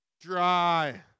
dry